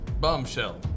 bombshell